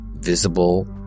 visible